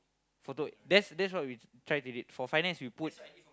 that's that's why try we did for finance we put